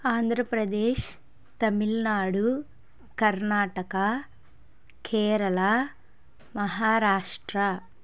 Andhra Pradesh Tamil Nadu Karnataka Kerala Maharashtra